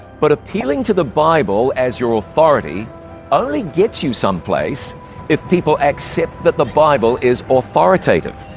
but appealing to the bible as your authority only gets you someplace if people accept that the bible is authoritative.